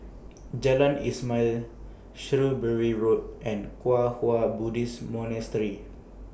Jalan Ismail Shrewsbury Road and Kwang Hua Buddhist Monastery